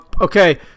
Okay